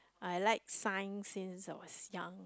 I like Science since I was young